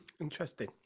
Interesting